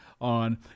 on